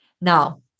Now